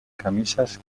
camisas